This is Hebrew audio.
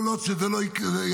כל עוד שזה לא יעבוד,